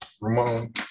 Ramon